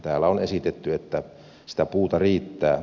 täällä on esitetty että sitä puuta riittää